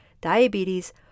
diabetes